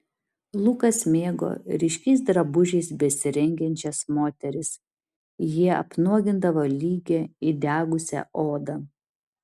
lukas mėgo ryškiais drabužiais besirengiančias moteris jie apnuogindavo lygią įdegusią odą